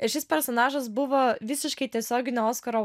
ir šis personažas buvo visiškai tiesioginio oskaro